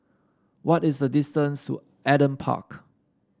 what is the distance to Adam Park